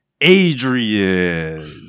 Adrian